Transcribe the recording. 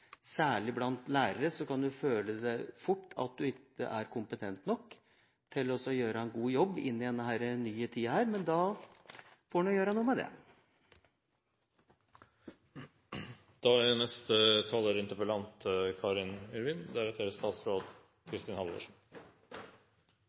særlig lærere fort kan føle at en ikke er kompetent nok til å gjøre en god jobb inn i denne nye tida. Men da får en gjøre noe med det. Først til Elisabeth Aspaker, som tegner et bilde av at en er